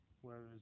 Whereas